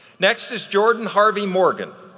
next is jordan harvey morgan,